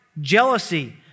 jealousy